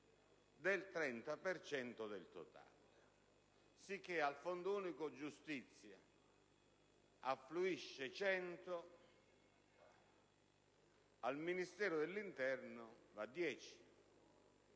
cento del totale; sicché, al Fondo unico giustizia, affluisce 100, al Ministero dell'interno 10.